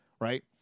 right